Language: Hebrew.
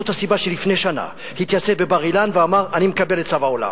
זאת הסיבה שלפני שנה הוא התייצב בבר-אילן ואמר "אני מקבל את צו העולם".